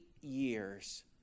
years